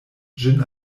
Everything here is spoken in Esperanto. ĝin